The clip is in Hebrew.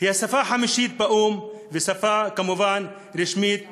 היא השפה החמישית באו"ם, וכמובן שפה רשמית בישראל.